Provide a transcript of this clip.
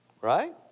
Right